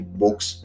books